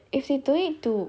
don't need to